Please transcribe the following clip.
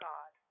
God